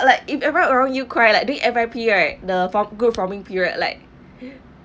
like if everyone around you cry like doing F_Y_P right the good forming period like